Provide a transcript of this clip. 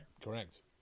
correct